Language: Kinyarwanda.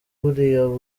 buriya